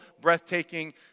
breathtaking